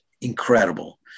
incredible